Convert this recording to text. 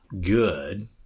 good